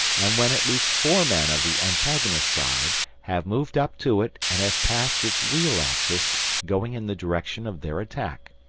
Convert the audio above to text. and when at least four men of the antagonist side have moved up to it and have passed its wheel axis going in the direction of their attack.